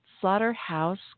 Slaughterhouse